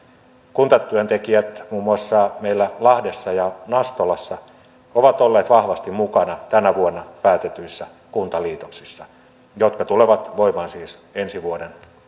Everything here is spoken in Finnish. kuntatyöntekijät muun muassa meillä lahdessa ja nastolassa ovat olleet vahvasti mukana tänä vuonna päätetyissä kuntaliitoksissa jotka tulevat voimaan siis ensi vuoden